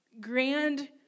grand